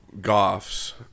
Goff's